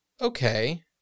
Okay